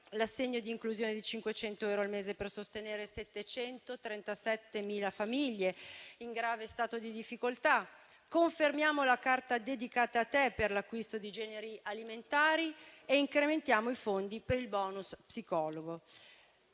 l'assegno di inclusione di 500 euro al mese per sostenere 737.000 famiglie in grave stato di difficoltà. Confermiamo la Carta Dedicata a te per l'acquisto di generi alimentari e incrementiamo i fondi per il *bonus* psicologo.